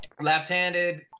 Left-handed